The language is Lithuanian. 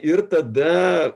ir tada